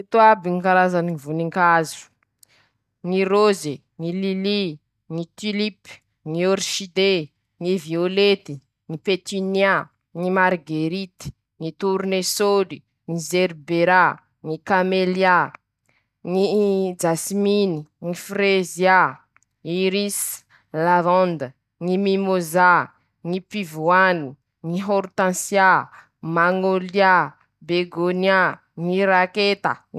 Laha aminy ñy hevitsiko manoka avao, ñy karazany ñy fivolaña aminy izao tontolo zao, misy aminy ñy eniñ'arivo hatraminy ñy fito arivo, eo ho eo avao zay ;araky ñy fivolañany ñ'olo, ñy karazany ñ'olo noho ñy firenena.